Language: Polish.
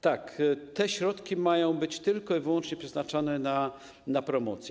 Tak, te środki mają być tylko i wyłącznie przeznaczone na promocję.